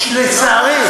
לצערי.